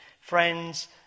friends